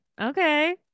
okay